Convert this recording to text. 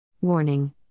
Warning